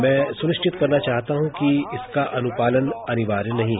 मैं सुनिश्चित करना चाहता हूं कि इसका अनुपालन अनिवार्य नहीं है